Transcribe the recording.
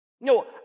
No